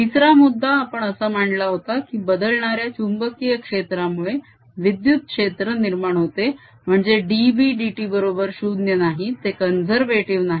तिसरा मुद्दा आपण असा मांडला होता की बदलणाऱ्या चुंबकीय क्षेत्रामुळे विद्युत क्षेत्र निर्माण होते म्हणजे dB dt बरोबर 0 नाही ते कॉन्झेर्वेटीव नाही